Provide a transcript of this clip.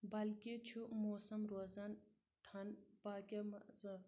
بٔلکہِ چھُ موسَم روزان ٹھنٛڈ باقیو